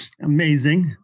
Amazing